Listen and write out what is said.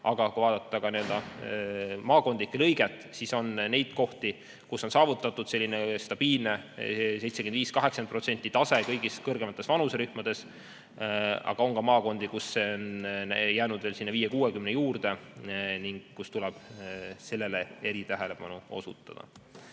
Aga kui vaadata maakondlikku läbilõiget, siis on neid kohti, kus on saavutatud stabiilne 75–80% tase kõigis kõrgemates vanuserühmades. Aga on ka maakondi, kus see on jäänud 50–60% juurde ning kus tuleb sellele eritähelepanu osutada.